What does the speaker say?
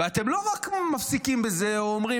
ואתם לא רק מפסיקים בזה או אומרים,